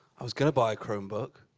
i was going to buy a chromebook.